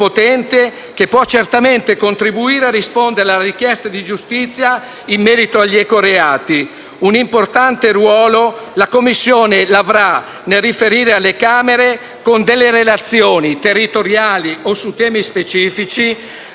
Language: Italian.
che può certamente contribuire a rispondere alle richieste di giustizia in merito agli eco reati. La Commissione avrà un importante ruolo nel riferire alle Camere con delle relazioni territoriali o su temi specifici